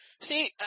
See